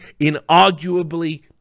inarguably